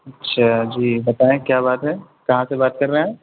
اچھا جی بتائیں کیا بات ہے کہاں سے بات کر رہے ہیں